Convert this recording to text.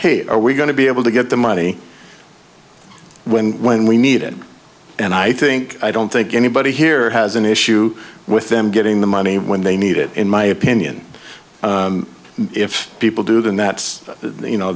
hate are we going to be able to get the money when when we need it and i think i don't think anybody here has an issue with them getting the money when they need it in my opinion if people do than that you know